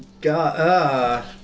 God